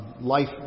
life